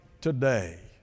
today